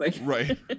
Right